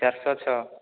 ଚାରିଶହ ଛଅ